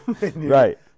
Right